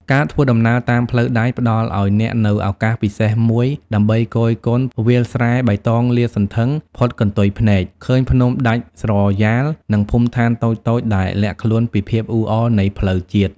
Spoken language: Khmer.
ការធ្វើដំណើរតាមផ្លូវដែកផ្តល់ឱ្យអ្នកនូវឱកាសពិសេសមួយដើម្បី គយគន់វាលស្រែបៃតងលាតសន្ធឹង ផុតកន្ទុយភ្នែក ឃើញភ្នំដាច់ស្រយាល និងភូមិដ្ឋានតូចៗដែលលាក់ខ្លួនពីភាពអ៊ូអរនៃផ្លូវជាតិ។